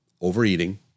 overeating